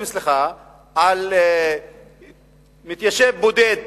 על מתיישב בודד